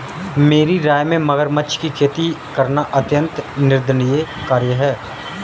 मेरी राय में मगरमच्छ की खेती करना अत्यंत निंदनीय कार्य है